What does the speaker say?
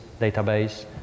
database